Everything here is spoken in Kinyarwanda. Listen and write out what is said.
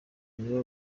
nibo